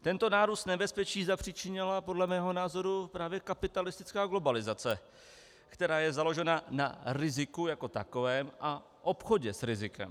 Tento nárůst nebezpečí zapříčinila podle mého názoru právě kapitalistická globalizace, která je založena na riziku jako takovém a obchodě s rizikem.